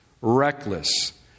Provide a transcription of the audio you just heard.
reckless